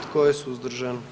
Tko je suzdržan?